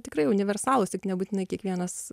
tikrai universalūs tik nebūtinai kiekvienas